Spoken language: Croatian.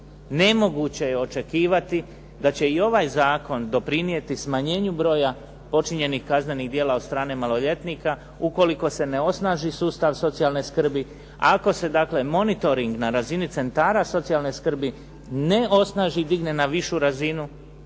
Nemoguće je očekivati da će i ovaj zakon doprinijeti smanjenju broja počinjenih kaznenih djela od strane maloljetnika, ukoliko se ne osnaži sustav socijalne skrbi. Ako se dakle monitoring na razini centara socijalne skrbi ne osnaži i digne na višu razinu,